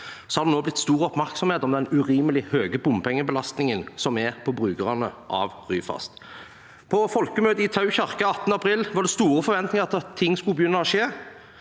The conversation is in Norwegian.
er det nå blitt stor oppmerksomhet om den urimelig høye bompengebelastningen som er for brukerne av Ryfast. På folkemøtet i Tau kirke den 18. april var det store forventninger til at ting skulle begynne å skje,